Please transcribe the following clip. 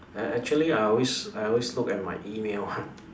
ac~ actually I always I always look at my email [one]